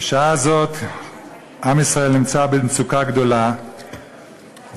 בשעה זו עם ישראל נמצא במצוקה גדולה ומידת